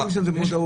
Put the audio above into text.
היום יש לזה מודעות,